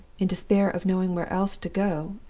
in despair of knowing where else to go,